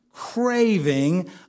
craving